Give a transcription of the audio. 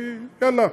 כי "יאללה,